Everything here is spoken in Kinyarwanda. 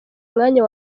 umwanya